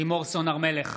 לימור סון הר מלך,